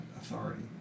authority